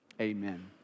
amen